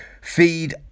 Feed